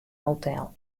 hotel